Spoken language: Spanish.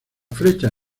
flechas